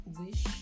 wish